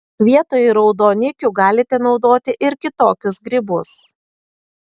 vietoj raudonikių galite naudoti ir kitokius grybus